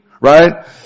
right